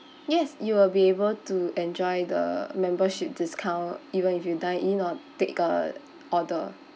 yes you will be able to enjoy the membership discount even if you dine in or take a order